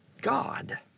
God